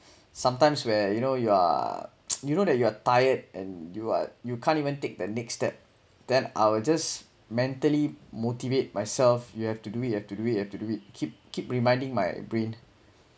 sometimes where you know you are you know that you are tired and you are you can't even take the next step then I will just mentally motivate myself you have to do it you have to do it you have to do it keep keep reminding my brain